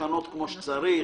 בתקנות כמו שצריך,